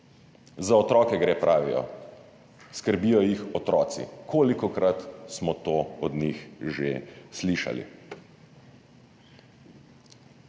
Za otroke gre, pravijo. Skrbijo jih otroci. Kolikokrat smo to od njih že slišali?